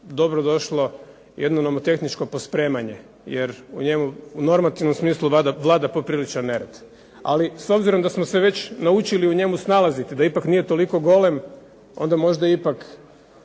dobro došlo jedno nomotehničko pospremanje jer u njemu u normativnom smislu vlada popriličan nered, ali s obzirom da smo se već naučili u njemu snalaziti da ipak nije toliko golem onda možda ipak